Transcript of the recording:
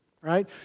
right